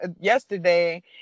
yesterday